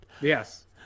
Yes